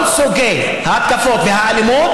כל סוגי ההתקפות והאלימות,